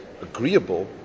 agreeable